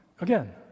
again